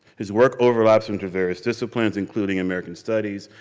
his work overlaps into various disciplines including american studies,